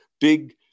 big